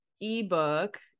ebook